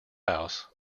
house